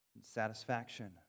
satisfaction